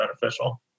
beneficial